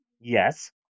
Yes